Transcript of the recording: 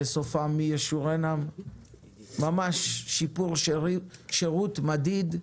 אלא ממש שיפור שירות חודשי מדיד.